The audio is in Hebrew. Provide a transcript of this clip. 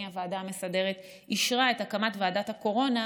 הוועדה המסדרת אישרה את הקמת ועדת הקורונה,